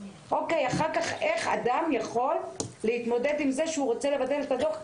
איך אדם יכול אחר כך להתמודד עם זה שהוא רוצה לבטל את הדוח?